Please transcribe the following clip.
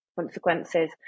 consequences